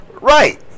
Right